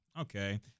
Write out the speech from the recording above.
okay